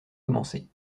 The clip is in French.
commencer